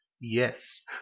yes